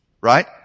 Right